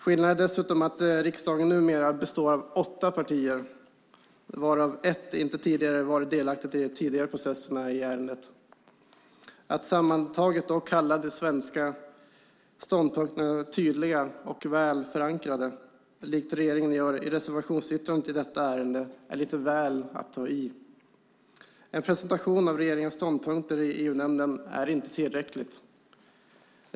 Skillnaden är dessutom att riksdagen numera består av åtta partier varav ett inte tidigare varit delaktigt i de tidigare processerna i ärendet. Att sammantaget då kalla de svenska ståndpunkterna tydliga och väl förankrade, likt regeringen gör i reservationsyttrandet i detta ärende, är att ta i lite väl mycket. En presentation av regeringens ståndpunkter i EU-nämnden är inte tillräckligt.